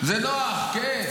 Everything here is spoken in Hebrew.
זה נוח, כן.